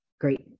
great